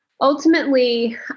ultimately